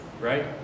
right